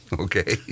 Okay